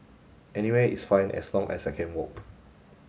anywhere is fine as long as I can walk